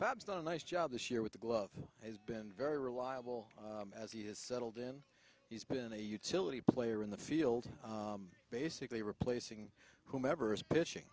fab's not a nice job this year with the glove has been very reliable as he has settled in he's been a utility player in the field basically replacing whomever is pitching